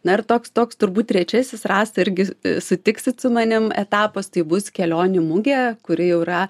na ir toks toks turbūt trečiasis rasa irgi sutiksit su manim etapas tai bus kelionių mugė kuri jau yra